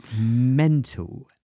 mental